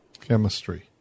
Chemistry